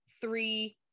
three